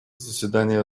заседание